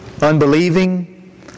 unbelieving